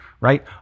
right